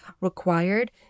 required